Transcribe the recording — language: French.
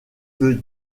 veut